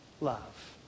love